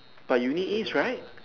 but you need its right